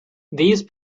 these